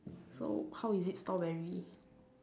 so how is it strawberry